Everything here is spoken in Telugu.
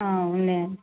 ఆ ఉన్నాయండి